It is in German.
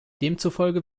demzufolge